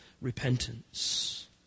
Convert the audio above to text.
repentance